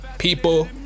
people